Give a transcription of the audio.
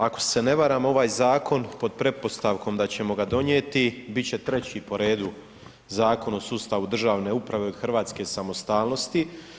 Ako se ne varam ovaj zakon pod pretpostavkom da ćemo ga donijeti biti će 3. po redu Zakon o sustavu državne uprave od Hrvatske samostalnosti.